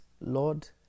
Lord